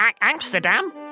Amsterdam